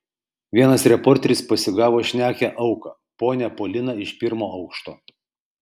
vienas reporteris pasigavo šnekią auką ponią poliną iš pirmo aukšto